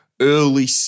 early